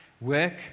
work